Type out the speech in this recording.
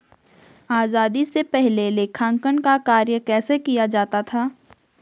आजादी से पहले लेखांकन का कार्य कैसे किया जाता था?